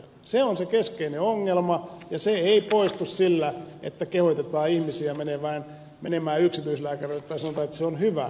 se on se keskeinen ongelma ja se ei poistu sillä että kehotetaan ihmisiä menemään yksityislääkärille tai sanotaan että se on hyvä